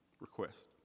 request